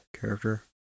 character